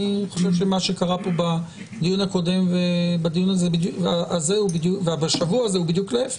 אני חושב שמה שקרה פה בדיון הקודם ובדיון הזה בשבוע הזה הוא בדיוק להפך.